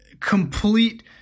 complete –